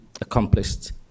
accomplished